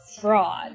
fraud